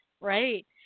Right